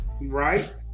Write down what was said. Right